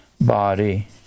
body